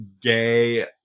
gay